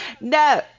No